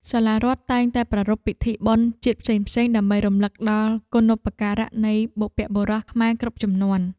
សាលារដ្ឋតែងតែប្រារព្ធពិធីបុណ្យជាតិផ្សេងៗដើម្បីរំលឹកដល់គុណូបការៈនៃបុព្វបុរសខ្មែរគ្រប់ជំនាន់។